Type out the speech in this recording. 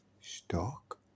stock